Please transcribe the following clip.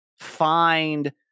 find